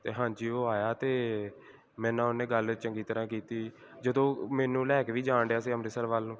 ਅਤੇ ਹਾਂਜੀ ਉਹ ਆਇਆ ਅਤੇ ਮੇਰੇ ਨਾਲ ਉਹਨੇ ਗੱਲ ਚੰਗੀ ਤਰ੍ਹਾਂ ਕੀਤੀ ਜਦੋਂ ਮੈਨੂੰ ਲੈ ਕੇ ਵੀ ਜਾਣ ਡਿਆ ਸੀ ਅੰਮ੍ਰਿਤਸਰ ਵੱਲ ਨੂੰ